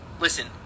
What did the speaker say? Listen